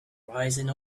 rising